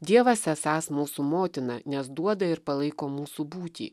dievas esąs mūsų motina nes duoda ir palaiko mūsų būtį